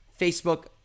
Facebook